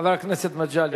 חבר הכנסת מגלי,